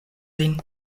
vin